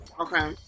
Okay